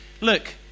Look